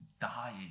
die